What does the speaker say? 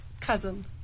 Cousin